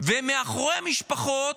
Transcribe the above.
ומאחורי המשפחות,